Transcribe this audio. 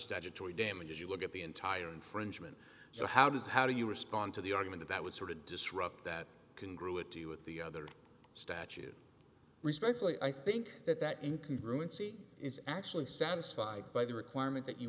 statutory damages you look at the entire infringement so how does how do you respond to the argument that was sort of disrupt that congruity with the other statute respectfully i think that that income grew in c is actually satisfied by the requirement that you